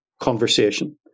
conversation